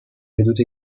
vedute